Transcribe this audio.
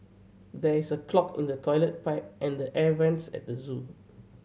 there is a clog in the toilet pipe and the air vents at the zoo